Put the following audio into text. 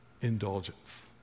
indulgence